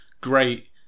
great